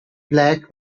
black